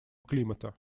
климата